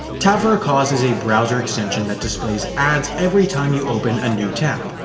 tab for a cause is a browser extension that displays ads every time you open a new tab,